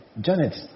Janet